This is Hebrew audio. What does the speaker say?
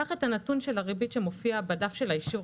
קח את הנתון של הריבית שמופיע בדף האישור